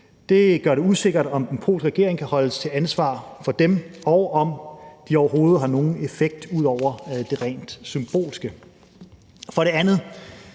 Det gør det usikkert, hvorvidt den polske regering kan holdes til ansvar for dem, og om de overhovedet har nogen effekt ud over det rent symbolske. For det andet